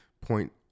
point